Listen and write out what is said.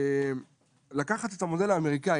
לקחת את המודל האמריקאי.